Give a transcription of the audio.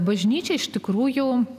bažnyčia iš tikrųjų